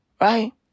Right